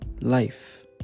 Life